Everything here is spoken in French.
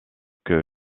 que